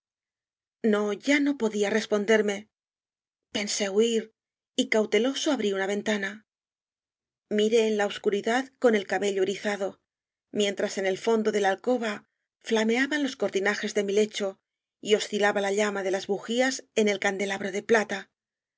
no ya no podía responderme pensé huir y cauteloso abrí una ventana miré en la obs curidad con el cabello erizado mientras en el fondo de la alcoba flamübn jos cortina jes de mi lecho y oscilaba la llama de las bujías en el candelabro de plata